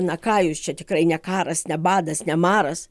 na ką jūs čia tikrai ne karas ne badas ne maras